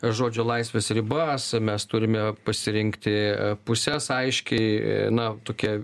žodžio laisvės ribas mes turime pasirinkti puses aiškiai na tokia